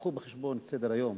קחו בחשבון את סדר-היום,